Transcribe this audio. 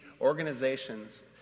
organizations